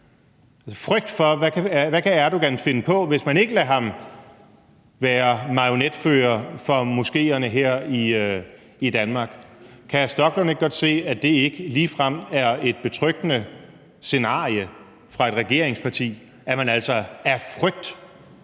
frygt for, hvad Erdogan kan finde på, hvis man ikke lader ham være marionetfører for moskéerne her i Danmark. Kan hr. Rasmus Stoklund ikke godt se, at det ikke ligefrem er et betryggende scenarie fra et regeringsparti, at man altså af frygt